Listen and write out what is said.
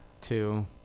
Two